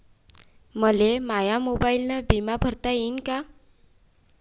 मले माया मोबाईलनं बिमा भरता येईन का?